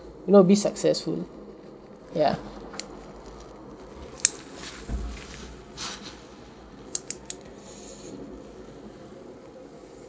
you know be successful ya